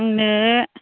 आंनो